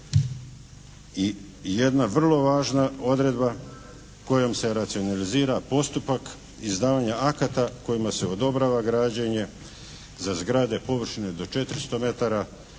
I jedna vrlo važna odredba kojom se racionalizira postupak izdavanja akata kojima se odobrava građenje za zgrade površine do 400 metara